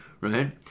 right